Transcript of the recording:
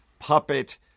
Puppet